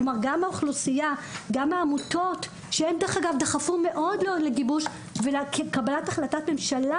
גם העמותות שהן דרך אגב דחפו מאוד לגיבוש כקבלת החלטת ממשלה